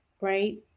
right